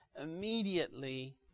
immediately